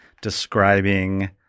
describing